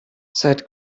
seit